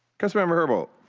council member herbold.